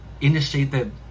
initiated